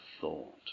thought